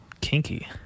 Kinky